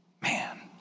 man